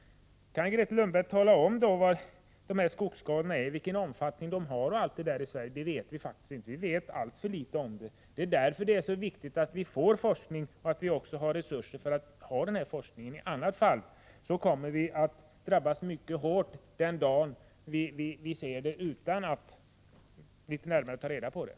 Kan Grethe Lundblad tala om vilken omfattning skogsskadorna har i Sverige? Det vet vi faktiskt inte. Vi vet alltför litet. Därför är det så viktigt att vi får resurser för forskning. I annat fall kommer vi att drabbas mycket hårt den dag vi upptäcker skadorna men inte vet någonting om dem.